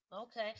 Okay